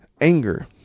anger